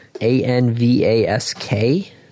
A-N-V-A-S-K